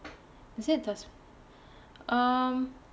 is it um